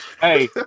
Hey